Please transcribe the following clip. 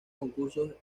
concursos